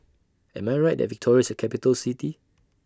Am I Right that Victoria IS A Capital City